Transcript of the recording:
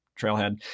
trailhead